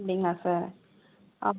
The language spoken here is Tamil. இல்லங்களா சார் அப்